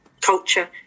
culture